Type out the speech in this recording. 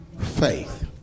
faith